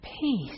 Peace